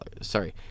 Sorry